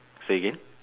say again